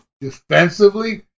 Defensively